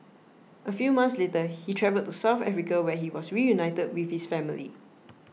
a few months later he travelled to South Africa where he was reunited with his family